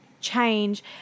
change